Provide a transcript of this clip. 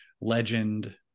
Legend